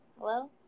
Hello